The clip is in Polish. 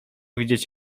widzieć